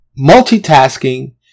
Multitasking